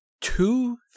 two